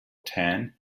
tan